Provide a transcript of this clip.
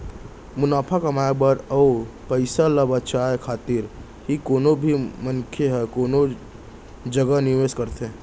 मुनाफा कमाए बर अउ पइसा ल बचाए खातिर ही कोनो भी मनसे ह कोनो जगा निवेस करथे